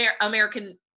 American